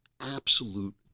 absolute